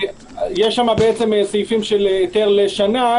יש שם סעיפים של היתר לשנה,